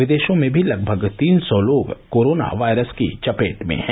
विदेशों में भी लगभग तीन सौ लोग कोरोना वायरस की चपेट में हैं